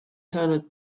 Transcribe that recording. saanud